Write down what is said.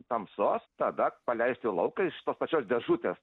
tamsos tada paleisti į lauką iš tos pačios dėžutės